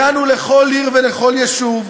הגענו לכל עיר ולכל יישוב,